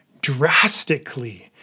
drastically